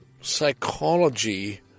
psychology